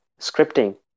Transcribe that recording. scripting